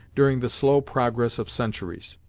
during the slow progress of centuries.